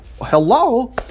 Hello